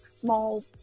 small